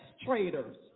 traders